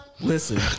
Listen